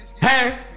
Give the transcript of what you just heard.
Hey